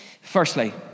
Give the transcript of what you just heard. Firstly